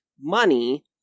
money